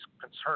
concern